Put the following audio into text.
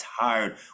tired